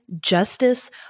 justice